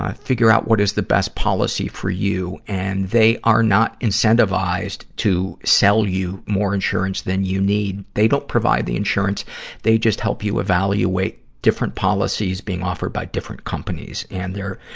ah figure out what is the best policy for you. and they are not incentivized to sell you more insurance than you need. they don't provide the insurance they just help you evaluate different policies being offered by different companies. and they're,